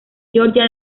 georgia